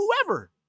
whoever